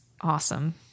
Awesome